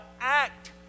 act